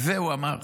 על זה הוא אמר